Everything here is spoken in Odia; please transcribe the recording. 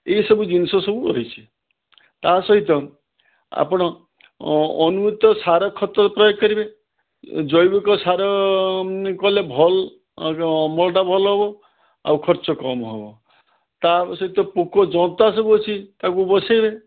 ଏହି ସବୁ ଜିନିଷ ସବୁ ରହିଛି ତା ସହିତ ଆପଣ ଉନ୍ନତ ସାର ଖତ ପ୍ରୟୋଗ କରିବେ ଜୈବିକ ସାର କଲେ ଭଲ୍ ଅମଳଟା ଭଲ ହେବ ଆଉ ଖର୍ଚ୍ଚ କମ୍ ହେବ ତା ସହିତ ପୋକ ଜନ୍ତା ସବୁ ଅଛି ତାକୁ ବସାଇବେ